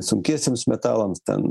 sunkiesiems metalams ten